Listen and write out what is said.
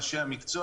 עם אנשי המקצוע,